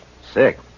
Sick